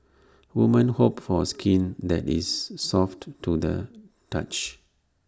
woman hope for skin that is soft to the touch